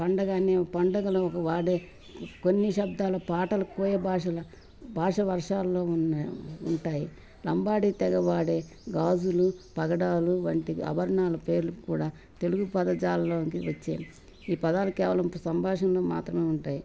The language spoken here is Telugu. పండగనే పండగలు ఒక వాడే కొన్ని శబ్దాల పాటలు కోయ భాషల భాష వర్షాల్లో ఉన్న ఉంటాయి లంబాడీ తెగవాడే గాజులు పగడాలు వంటికి అభరణాల పేర్లు కూడా తెలుగు పదజాలంలోకి వచ్చాయి ఈ పదాలు కేవలం సంభాషణలో మాత్రమే ఉంటాయి